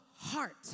heart